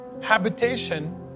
habitation